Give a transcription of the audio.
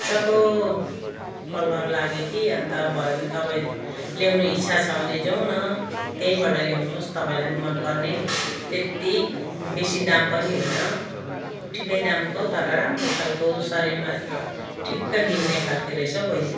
मज्जाको कलर लाग्यो कि अन्त भयो भने तपाईँ ल्याउनु इच्छा छ भने जाऔँ त्यहीँ ल्याउनुहोस् तपाईँलाई पनि मनपर्ने त्यति बेसि दाम पनि होइन ठिक्कै दामको तर राम्रो खाल्को शरीरमा ठिकै मिल्ने खालको रहेछ हौ बहिनी